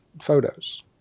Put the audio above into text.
photos